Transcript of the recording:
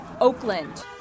Oakland